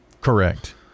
Correct